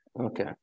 okay